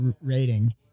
rating